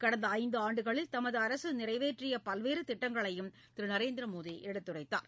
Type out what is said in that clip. கடந்த ஐந்தாண்டுகளில் தமது அரசு நிறைவேற்றிய பல்வேறு திட்டங்களையும் திரு நரேந்திர மோடி எடுத்துரைத்தார்